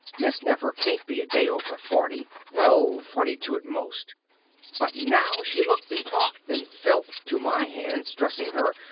miss nefer can't be a day over forty well, forty-two at most but now she looked and talked and felt to my hands dressing her,